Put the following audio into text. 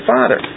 Father